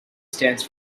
stands